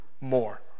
more